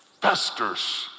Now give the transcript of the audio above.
festers